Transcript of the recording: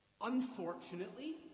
unfortunately